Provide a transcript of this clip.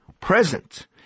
present